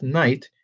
night